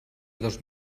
dos